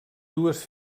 dues